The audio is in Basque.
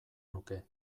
nuke